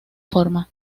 forma